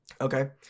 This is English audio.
Okay